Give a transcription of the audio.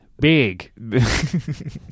Big